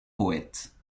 poètes